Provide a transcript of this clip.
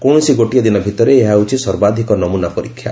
କୌଣସି ଗୋଟିଏ ଦିନ ଭିତରେ ଏହା ହେଉଛି ସର୍ବାଧିକ ନମ୍ରନା ପରୀକ୍ଷା